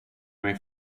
mig